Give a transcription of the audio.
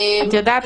את יודעת